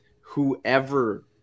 whoever